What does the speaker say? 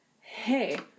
hey